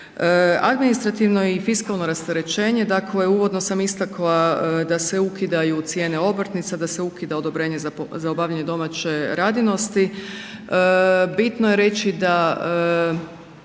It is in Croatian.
Administrativno i fiskalno rasterećenje, dakle uvodno sam istakla da se ukidaju cijene obrtnica, da se ukida odobrenje za obavljanje domaće radinosti,